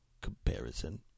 comparison